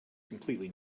completely